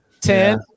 Ten